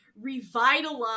revitalize